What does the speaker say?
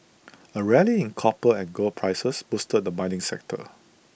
A rally in copper and gold prices boosted the mining sector